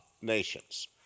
nations